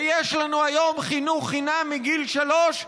ויש לנו היום חינוך חינם מגיל שלוש,